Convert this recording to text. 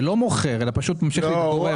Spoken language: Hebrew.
ולא מוכר אלא פשוט ממשיך להתגורר שם --- לא.